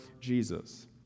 Jesus